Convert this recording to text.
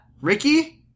Ricky